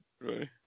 Right